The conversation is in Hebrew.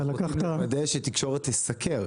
אנחנו רוצים לוודא שהתקשורת תסקר.